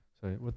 sorry